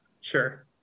Sure